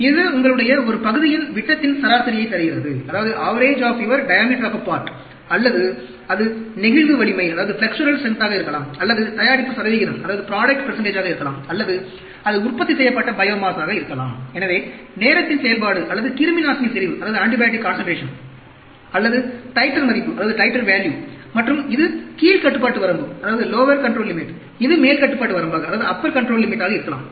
இது உங்களுடைய ஒரு பகுதியின் விட்டத்தின் சராசரியை தருகிறது அல்லது அது நெகிழ்வு வலிமையாக இருக்கலாம் அல்லது தயாரிப்பு சதவீதமாக இருக்கலாம் அல்லது அது உற்பத்தி செய்யப்பட்ட பையோமாஸாக இருக்கலாம் எனவே நேரத்தின் செயல்பாடு அல்லது கிருமிநாசினி செறிவு அல்லது டைட்டர் மதிப்பு மற்றும் இது கீழ் கட்டுப்பாட்டு வரம்பு இது மேல் கட்டுப்பாட்டு வரம்பாக இருக்கலாம்